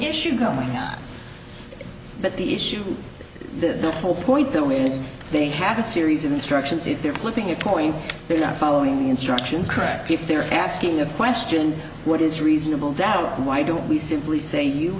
issue coming up but the issue the whole point though is they have a series of instructions if they're flipping a coin they're not following the instructions correct if they're asking a question what is reasonable doubt why don't we simply say you